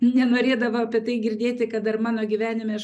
nenorėdavo apie tai girdėti kad dar mano gyvenime aš